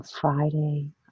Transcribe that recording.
Friday